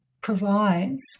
provides